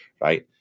right